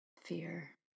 fear